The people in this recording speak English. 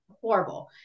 horrible